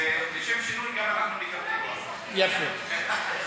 לשם שינוי, גם אנחנו מקבלים, יפה.